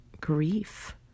grief